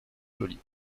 jolie